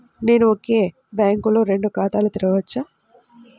నేను ఒకే బ్యాంకులో రెండు ఖాతాలు తెరవవచ్చా?